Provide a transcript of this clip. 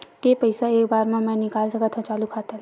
के पईसा एक बार मा मैं निकाल सकथव चालू खाता ले?